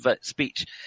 speech